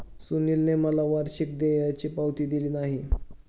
सुनीलने मला वार्षिक देयाची पावती दिली नाही